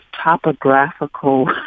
topographical